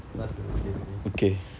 pass the birthday already